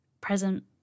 present